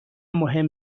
مهم